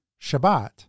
Shabbat